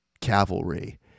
cavalry